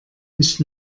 nicht